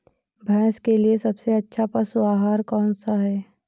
भैंस के लिए सबसे अच्छा पशु आहार कौन सा है?